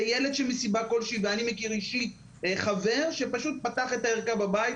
אני מכיר אישית חבר שפשוט פתח את הערכה בבית,